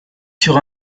sur